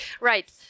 Right